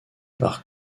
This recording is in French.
par